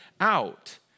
out